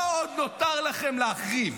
מה עוד נותר לכם להחריב?